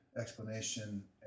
explanation